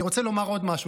אני רוצה לומר עוד משהו,